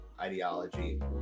ideology